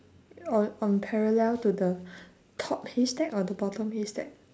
on on parallel to the top haystack or the bottom haystack